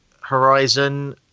horizon